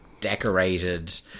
decorated